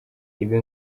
ibi